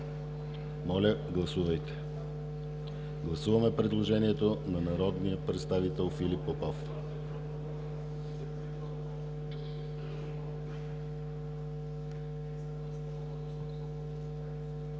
Моля, гласувайте! Гласуваме предложението на народния представител Филип Попов. Гласували